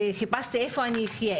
חיפשתי איפה אני אחיה,